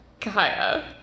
Kaya